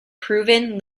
proven